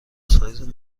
سایز